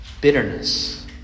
bitterness